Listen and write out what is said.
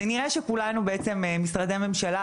זה נראה שכולנו משרדי הממשלה,